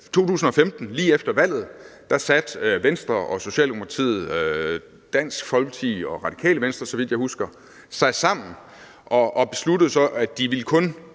I 2015 lige efter valget satte Venstre, Socialdemokratiet, Dansk Folkeparti og Radikale Venstre, så vidt jeg husker, sig sammen og besluttede, at de kun